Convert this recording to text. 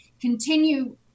continue